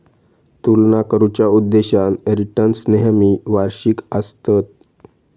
तुलना करुच्या उद्देशान रिटर्न्स नेहमी वार्षिक आसतत